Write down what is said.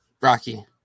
Rocky